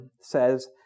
says